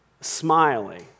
smiling